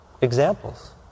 examples